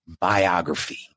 biography